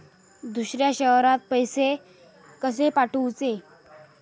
दुसऱ्या शहरात पैसे कसे पाठवूचे?